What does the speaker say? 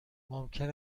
ممکن